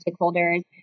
stakeholders